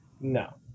No